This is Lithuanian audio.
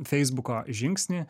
feisbuko žingsnį